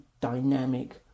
dynamic